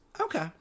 Okay